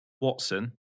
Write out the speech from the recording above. Watson